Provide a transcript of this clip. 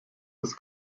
des